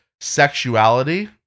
sexuality